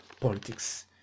politics